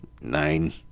nine